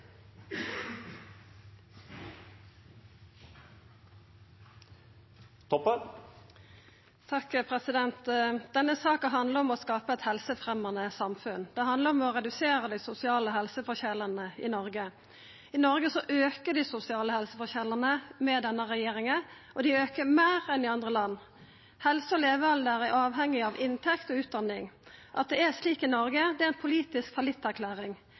Denne saka handlar om å skapa eit helsefremjande samfunn. Det handlar om å redusera dei sosiale helseforskjellane i Noreg. I Noreg aukar dei sosiale helseforskjellane med denne regjeringa, og dei aukar meir enn i andre land. Helse og levealder er avhengig av inntekt og utdanning. At det er slik i Noreg, er ei politisk